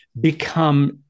become